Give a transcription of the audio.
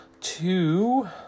two